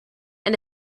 and